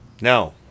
No